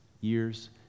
years